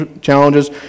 challenges